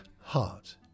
heart